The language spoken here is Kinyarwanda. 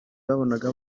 babonaga